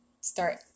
start